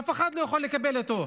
אף אחד לא יכול לקבל אותו.